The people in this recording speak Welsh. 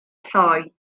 lloi